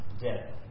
dead